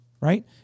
right